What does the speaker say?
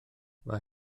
mae